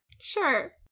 Sure